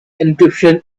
encryption